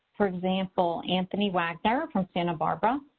for example, anthony wagner, from santa barbara,